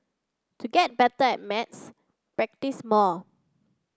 to get better at maths practise more